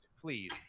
please